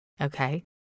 Okay